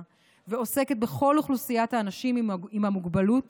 ועוסקת בכל אוכלוסיית האנשים עם המוגבלות